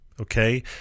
okay